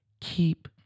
Keep